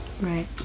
right